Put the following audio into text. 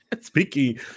Speaking